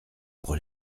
pour